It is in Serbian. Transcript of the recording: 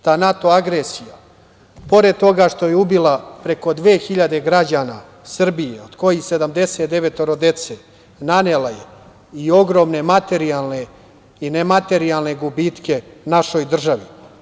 Ta NATO agresija, pored toga što je ubila preko 2.000 građana Srbije, od kojih 79 dece, nanela je i ogromne materijalne i nematerijalne gubitke našoj državi.